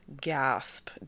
gasp